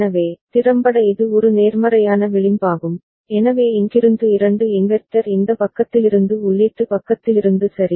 எனவே திறம்பட இது ஒரு நேர்மறையான விளிம்பாகும் எனவே இங்கிருந்து இரண்டு இன்வெர்ட்டர் இந்த பக்கத்திலிருந்து உள்ளீட்டு பக்கத்திலிருந்து சரி